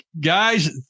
guys